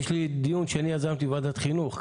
יש דיון שאני יזמתי בוועדת החינוך.